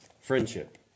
Friendship